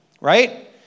right